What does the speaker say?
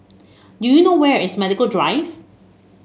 do you know where is Medical Drive